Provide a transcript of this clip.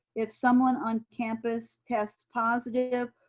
if someone on campus tests positive,